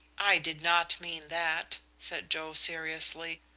i did not mean that, said joe, seriously.